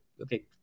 okay